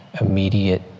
immediate